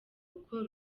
gukora